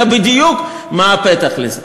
אתה יודע בדיוק מה הסיבה לזה.